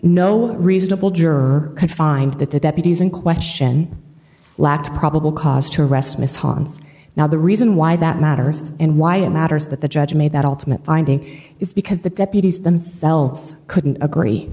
no reasonable juror could find that the deputies in question lacked probable cause to arrest miss hans now the reason why that matters and why it matters that the judge made that ultimate binding is because the deputies themselves couldn't agree